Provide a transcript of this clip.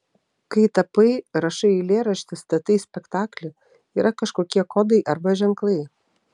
kai tapai rašai eilėraštį statai spektaklį yra kažkokie kodai arba ženklai